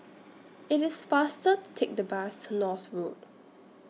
IT IS faster to Take The Bus to North Road